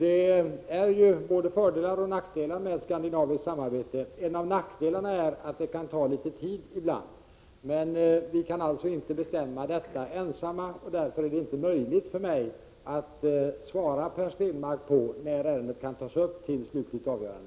Det är ju både fördelar och nackdelar med skandinaviskt samarbete. En av nackdelarna är att det kan ta litet tid ibland. Vi kan alltså inte bestämma detta ensamma, och därför är det inte möjligt för mig att svara Per Stenmarck när ärendet kan tas upp till slutligt avgörande.